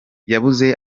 yabuze